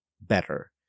better